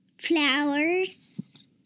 flowers